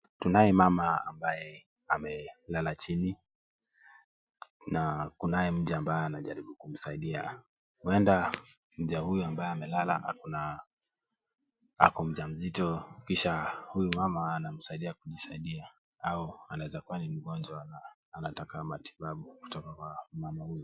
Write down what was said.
Tunaye mama ambaye amelala chini, na pia mja mwingine ambaye anajaribu kumsaidia. Huenda mja huyo amelala akiwa mgonjwa au mja mzito, na huyu mama anamsaidia kumtibu au kumsaidia kujisaidia.